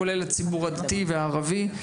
כולל הציבור הדתי והערבי.